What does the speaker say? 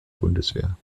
bundeswehr